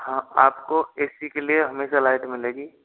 हाँ आपको A C के लिए हमेशा लाइट मिलेगी